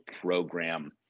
program